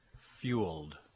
fueled